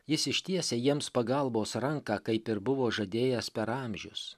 jis ištiesia jiems pagalbos ranką kaip ir buvo žadėjęs per amžius